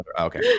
Okay